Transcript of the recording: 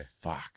Fuck